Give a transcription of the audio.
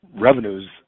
revenues